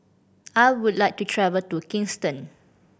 I would like to travel to Kingston